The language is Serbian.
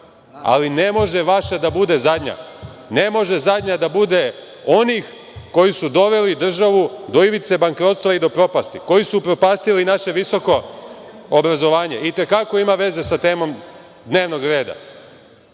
ali ne može vaša da bude zadnja. Ne može zadnja da bude onih koji su doveli državu do ivice bankrotstva i propasti, koji su upropastili naše visoko obrazovanje.(Balša Božović, s mesta: Nema veze sa temom dnevnog